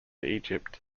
egypt